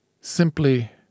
simply